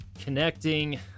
connecting